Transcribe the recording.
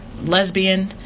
lesbian